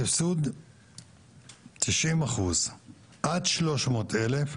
סבסוד 90% עד 300 אלף,